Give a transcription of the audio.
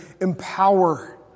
empower